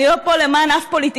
אני לא פה למען אף פוליטיקאי,